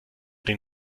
den